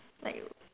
like